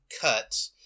cut